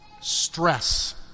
stress